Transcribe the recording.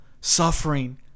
Suffering